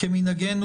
כמנהגנו,